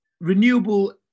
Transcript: renewable